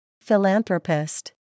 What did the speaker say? Philanthropist